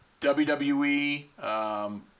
WWE